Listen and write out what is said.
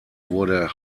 wurde